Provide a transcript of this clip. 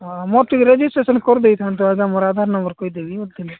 ହଁ ମୋର ଟିକେ ରେଜିଷ୍ଟ୍ରେସନ୍ କରିଦେଇଥାନ୍ତ ଆଜ୍ଞା ମୋର ଆଧାର୍ ନମ୍ବର୍ କହିଦେବି